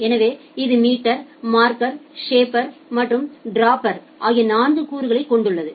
எனவே இது meter marker shaper மற்றும் டிராப்பர் ஆகிய நான்கு கூறுகளைக் கொண்டுள்ளது